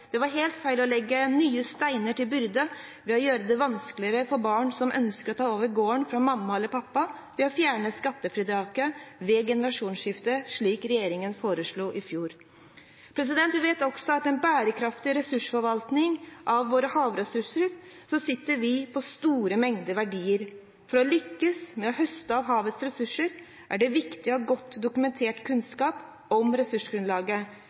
det var helt feil å legge nye steiner til byrden ved å gjøre det vanskeligere for barn som ønsker å ta over gården fra mamma eller pappa, ved å fjerne skattefritaket ved generasjonsskifte, slik regjeringen foreslo i fjor. Vi vet også at vi ved en bærekraftig ressursforvaltning av våre havressurser sitter på store verdier. For å lykkes med å høste av havets ressurser er det viktig å ha godt dokumentert kunnskap om ressursgrunnlaget,